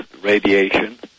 radiation